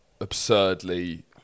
absurdly